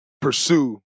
pursue